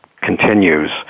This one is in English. continues